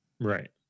Right